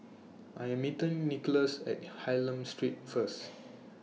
I Am meeting Nicklaus At Hylam Street First